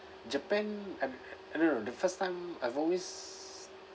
japan I do~ I don't know the first time I've always